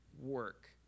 work